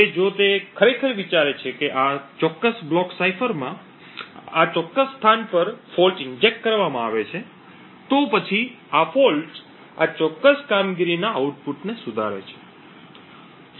હવે જો તે ખરેખર વિચારે છે કે આ ચોક્કસ બ્લોક સાઇફરમાં આ ચોક્કસ સ્થાન પર દોષ ઇન્જેક્ટ કરવામાં આવે છે તો પછી આ દોષ આ ચોક્કસ કામગીરીના આઉટપુટને સુધારે છે